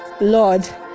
Lord